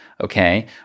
okay